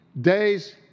days